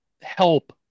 help